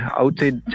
outside